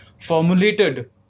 formulated